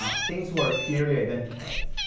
ah things who are clearly identified.